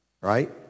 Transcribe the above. right